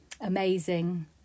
amazing